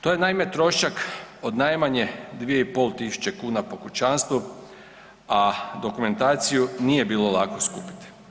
To je, naime, trošak od najmanje 2,5 tisuće kuna po kućanstvu, a dokumentaciju nije bilo lako skupiti.